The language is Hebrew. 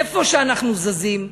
איפה שאנחנו זזים,